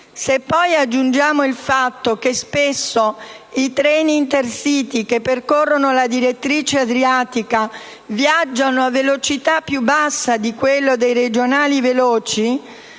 Se poi aggiungiamo il fatto che spesso i treni Intercity, che percorrono la direttrice adriatica, viaggiano a velocità più bassa di quella dei regionali veloci,